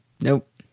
nope